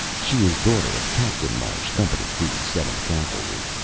she is daughter of captain marsh, company b, seventh cavalry.